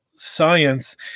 science